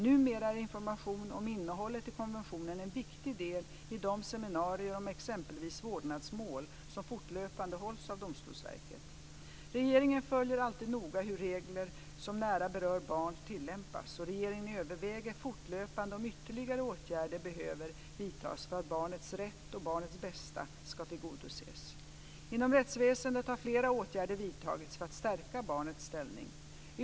Numera är information om innehållet i konventionen en viktig del i de seminarier om exempelvis vårdnadsmål som fortlöpande hålls av Domstolsverket. Regeringen följer alltid noga hur regler som nära berör barn tillämpas, och regeringen överväger fortlöpande om ytterligare åtgärder behöver vidtas för att barnets rätt och barnets bästa ska tillgodoses. Inom rättsväsendet har flera åtgärder vidtagits för att stärka barnets ställning.